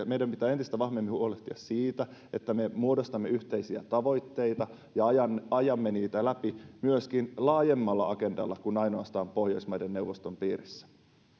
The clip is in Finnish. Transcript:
meidän pitää entistä vahvemmin huolehtia siitä että me muodostamme yhteisiä tavoitteita ja ajamme niitä läpi myöskin laajemmalla agendalla kuin ainoastaan pohjoismaiden neuvoston piirissä